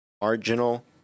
marginal